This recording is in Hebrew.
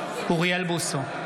בוסו,